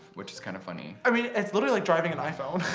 which is kind of funny. i mean, it's literally like driving an iphone.